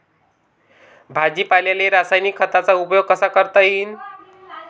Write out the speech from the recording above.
भाजीपाल्याले रासायनिक खतांचा उपयोग कसा करता येईन?